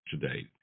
today